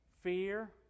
fear